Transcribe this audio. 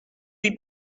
lui